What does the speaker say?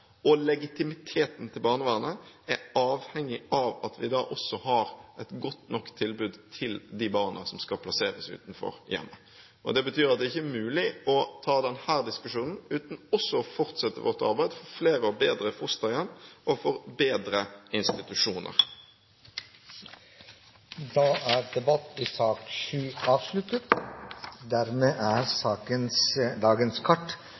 og legitimiteten til barnevernet er avhengig av at vi også har et godt nok tilbud til de barna som skal plasseres utenfor hjemmet. Det betyr at det ikke er mulig å ta denne diskusjonen uten også å fortsette vårt arbeid for flere og bedre fosterhjem og for bedre institusjoner. Da er debatten i sak nr. 7 avsluttet.